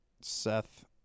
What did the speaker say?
Seth